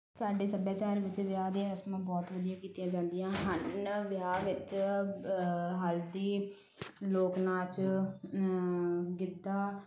ਸਾਡੇ ਸੱਭਿਆਚਾਰ ਵਿੱਚ ਵਿਆਹ ਦੀਆਂ ਰਸਮਾਂ ਬਹੁਤ ਵਧੀਆ ਕੀਤੀਆਂ ਜਾਂਦੀਆਂ ਹਨ ਵਿਆਹ ਵਿੱਚ ਹਲਦੀ ਲੋਕ ਨਾਚ ਗਿੱਧਾ